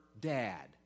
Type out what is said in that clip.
Dad